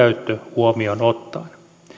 huomioon ottaen